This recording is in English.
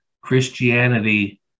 Christianity